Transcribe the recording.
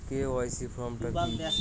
KYC form টা কি?